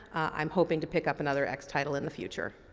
i am hoping to pick up another x title in the future.